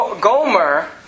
Gomer